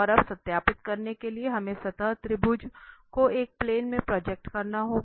और अब सत्यापित करने के लिए हमें सतह त्रिभुज को एक प्लेन में प्रोजेक्ट करना होगा